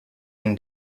been